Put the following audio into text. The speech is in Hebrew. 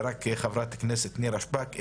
ורק חברת הכנסת נירה שפק.